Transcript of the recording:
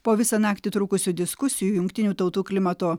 po visą naktį trukusių diskusijų jungtinių tautų klimato